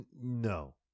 no